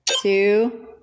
two